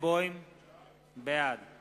סעיף 150 נתקבל, כנוסח הוועדה.